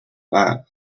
that